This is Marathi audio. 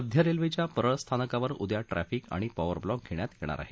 मध्य रेल्वेच्या परळ स्थानकावर उद्या ट्रॅफिक आणि पॉवर ब्लॉक घेण्यात येणार आहे